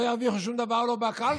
לא ירוויחו שום דבר בקלפי,